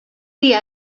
dia